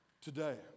today